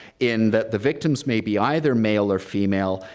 in that the victims may be either male or female,